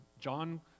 John